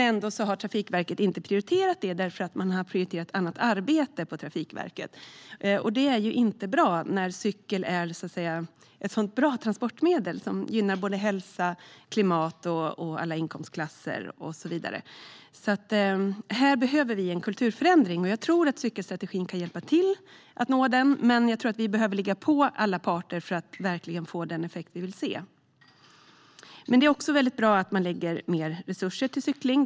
Ändå har Trafikverket inte prioriterat detta, eftersom man har prioriterat annat arbete. Det är inte bra. Cykel är ett mycket bra transportmedel, som gynnar såväl hälsa som klimat och som gynnar alla inkomstklasser. Här behöver vi en kulturförändring. Jag tror att cykelstrategin kan hjälpa till att nå en sådan, men vi behöver ligga på alla parter för att verkligen få den effekt som vi vill se. Det är väldigt bra att man satsar mer resurser på cykling.